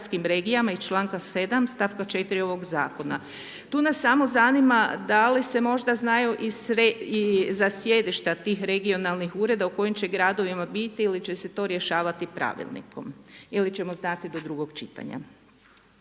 iz članka 7. stavka 4. ovog zakona. Tu nas samo zanima da li se možda znaju i za sjedišta tih regionalnih ureda u kojem će gradovima biti ili će se to rješavati pravilnikom ili ćemo znati do drugog čitanja.